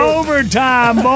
overtime